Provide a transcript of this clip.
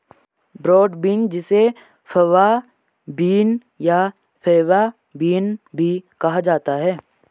broad bean जिसे fava bean या faba bean भी कहा जाता है